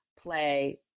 play